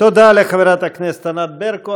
תודה לחברת הכנסת ענת ברקו.